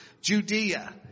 Judea